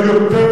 חבר הכנסת אלדד.